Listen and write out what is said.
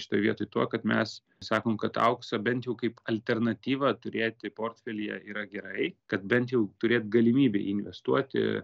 šitoj vietoj tuo kad mes sakom kad auksą bent jau kaip alternatyvą turėti portfelyje yra gerai kad bent jau turėt galimybę į jį investuoti